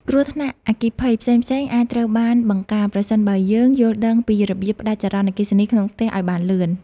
គ្រោះថ្នាក់អគ្គិភ័យផ្សេងៗអាចត្រូវបានបង្ការប្រសិនបើយើងយល់ដឹងពីរបៀបផ្តាច់ចរន្តអគ្គិសនីក្នុងផ្ទះឱ្យបានលឿន។